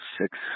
six